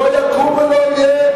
לא יקום ולא יהיה?